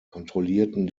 kontrollierten